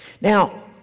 Now